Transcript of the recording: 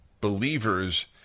believers